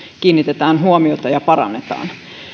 kiinnitetään huomiota ja sitä parannetaan